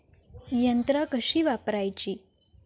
यंत्रा कशी वापरूची?